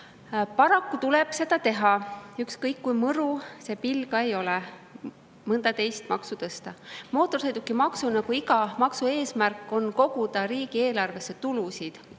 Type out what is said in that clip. Paraku tuleb, ükskõik kui mõru see pill ka ei ole, mõnda teist maksu tõsta. Mootorsõidukimaksu, nagu iga maksu eesmärk on koguda riigieelarvesse tulusid.